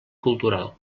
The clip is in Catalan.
cultural